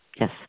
yes